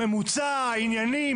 ממוצע עניינים,